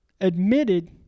admitted